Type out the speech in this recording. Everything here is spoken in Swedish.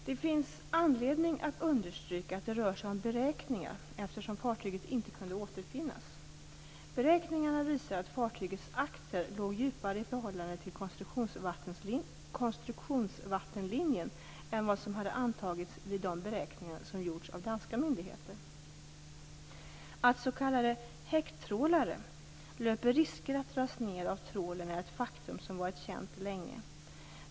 Det finns anledning att understryka att det rör sig om beräkningar, eftersom fartyget inte kunde återfinnas. Beräkningarna visar att fartygets akter låg djupare i förhållande till konstruktionsvattenlinjen än vad som hade antagits vid de beräkningar som gjorts av danska myndigheter. Att s.k. häcktrålare löper risker att dras ned av trålen är ett faktum som varit känt länge.